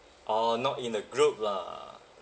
orh not in a group lah